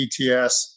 PTS